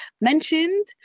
mentioned